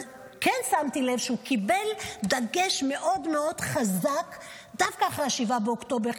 אבל כן שמתי לב שהוא קיבל דגש מאוד מאוד חזק דווקא אחרי 7 באוקטובר,